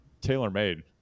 tailor-made